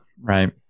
Right